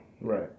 Right